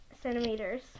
centimeters